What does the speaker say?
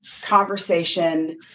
conversation